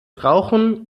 rauchen